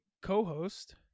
co-host